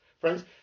friends